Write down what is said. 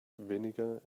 vinegar